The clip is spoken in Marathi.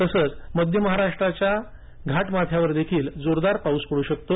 तसंच मध्य महाराष्ट्राच्या घाट माथ्यांवर देखील जोरदार पाऊस पडू शकतो